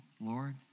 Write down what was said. Lord